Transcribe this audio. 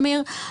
אמיר.